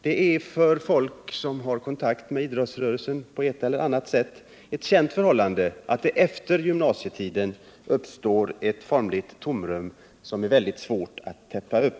Det är för alla som har kontakt med idrottsrörelsen på ett eller annat sätt ett känt förhållande att det efter gymnasietiden uppstår ett formligt tomrum som är väldigt svårt att täppa till.